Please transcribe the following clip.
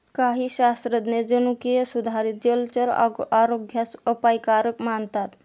काही शास्त्रज्ञ जनुकीय सुधारित जलचर आरोग्यास अपायकारक मानतात